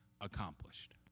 accomplished